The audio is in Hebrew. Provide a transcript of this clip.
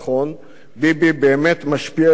ביבי באמת משפיע גם היום,